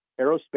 aerospace